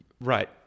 right